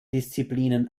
disziplinen